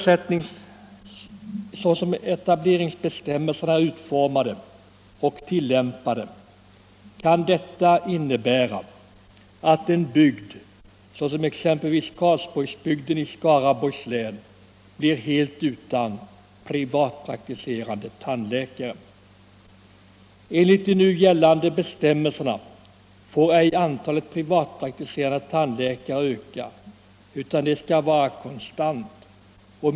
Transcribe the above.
Såsom etableringsbestämmelserna är utformade och tilllämpade kan detta innebära att en bygd, exempelvis Karlsborgsbygden i Skaraborgs län, blir helt utan privatpraktiserande tandläkare. Enligt de nu gällande bestämmelserna får antalet privatpraktiserande tandläkare ej öka, utan det skall vara konstant.